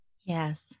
yes